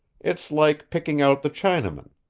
it's like picking out the chinamen.